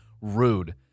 rude